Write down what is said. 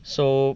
so